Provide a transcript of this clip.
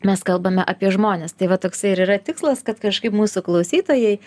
mes kalbame apie žmones tai va toksai ir yra tikslas kad kažkaip mūsų klausytojai